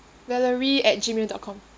valerie at Gmail dot com